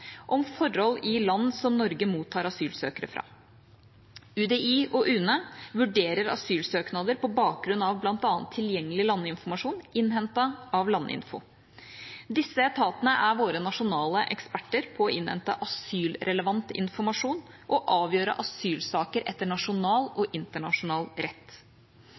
om forhold i land som Norge mottar asylsøkere fra. UDI og UNE vurderer asylsøknader på bakgrunn av bl.a. tilgjengelig landinformasjon innhentet av Landinfo. Disse etatene er våre nasjonale eksperter på å innhente asylrelevant informasjon og å avgjøre asylsaker etter nasjonal og internasjonal rett.